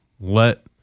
let